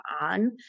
on